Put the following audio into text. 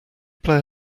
play